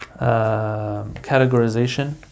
categorization